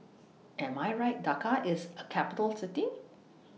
Am I Right Dhaka IS A Capital City